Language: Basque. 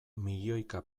milioika